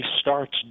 starts